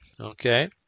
okay